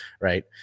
right